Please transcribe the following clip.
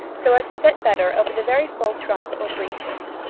so as to set better over the very full trunks or breeches.